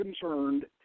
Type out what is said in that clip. concerned